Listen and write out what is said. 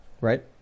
right